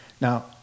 Now